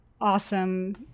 awesome